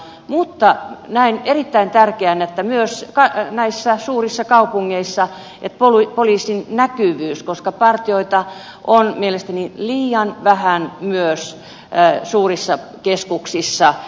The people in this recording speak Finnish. mutta näen erittäin tärkeänä myös näissä suurissa kaupungeissa poliisin näkyvyyden koska partioita on mielestäni liian vähän myös suurissa keskuksissa